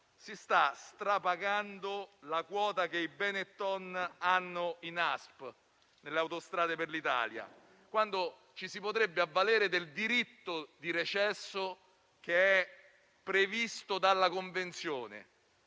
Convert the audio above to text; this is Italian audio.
Si sta strapagando la quota che i Benetton hanno in Autostrade per l'Italia, quando ci si potrebbe avvalere del diritto di recesso che è previsto dalla convenzione.